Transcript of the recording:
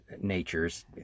nature's